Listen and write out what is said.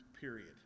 period